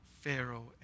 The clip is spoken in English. Pharaoh